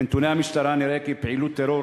מנתוני המשטרה נראה כי פעולות תיאום,